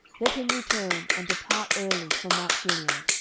let him return and depart early from mount gilead.